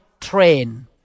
train